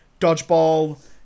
dodgeball